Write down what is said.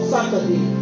Saturday